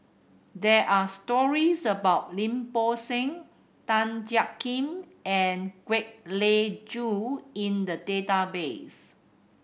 there are stories about Lim Bo Seng Tan Jiak Kim and Kwek Leng Joo in the database